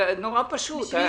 זה מאוד פשוט.